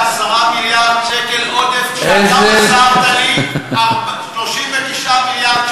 אתה קיבלת 10 מיליארד שקל עודף כשאתה מסרת לי 39 מיליארד שקל מינוס.